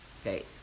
Okay